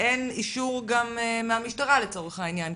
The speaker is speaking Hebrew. גם אין אישור מהמשטרה לצורך העניין?